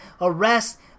arrest